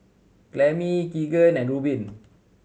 Clemie Keegan and Rubin